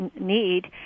need